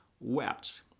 wept